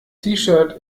shirt